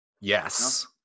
Yes